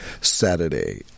Saturday